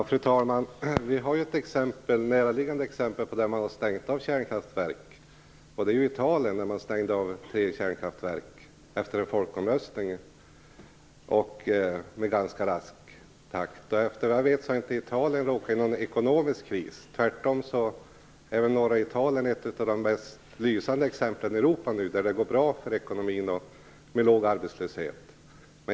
Fru talman! Det finns ett näraliggande exempel på ett land där man har stängt av kärnkraftverk, och det är Italien. Efter en folkomröstning har man där i ganska rask takt stängt av tre kärnkraftverk. Såvitt jag vet befinner sig inte Italien i någon ekonomisk kris, tvärtom. Norra Italien är väl ett av de mest lysande exemplen i Europa där det går bra för ekonomin och där man har låg arbetslöshet.